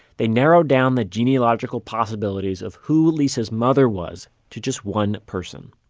they narrowed down the genealogical possibilities of who lisa's mother was to just one person.